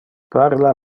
parla